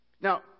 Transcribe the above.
Now